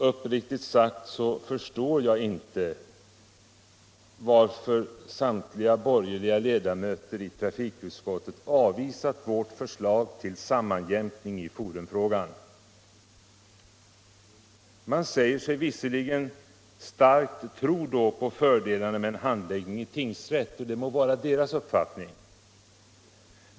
Uppriktigt sagt förstår jag inte varför samtliga borgerliga ledamöter i trafikutskottet avvisat vårt förslag om sammanjämkning i forumfrågan. De säger sig visserligen tro starkt på fördelarna med en handläggning i tingsrätt — och det må vara deras uppfattning.